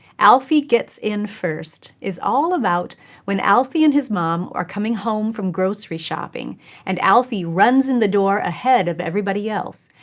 alfie gets in first is all about when alfie and his mom are coming home from grocery shopping and alfie runs in the door ahead of everybody else.